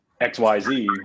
xyz